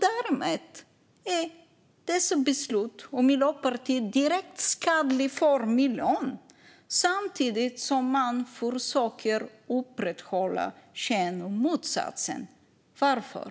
Därmed är dessa beslut och Miljöpartiet direkt skadliga för miljön samtidigt som man försöker upprätthålla en bild av rena motsatsen. Varför?